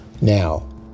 now